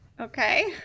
Okay